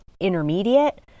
intermediate